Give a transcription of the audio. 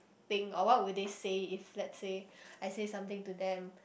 think or what would they say if let's say I say something to them